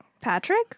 Patrick